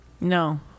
No